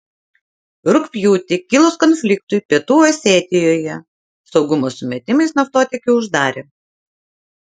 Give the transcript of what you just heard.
rugpjūtį kilus konfliktui pietų osetijoje saugumo sumetimais naftotiekį uždarė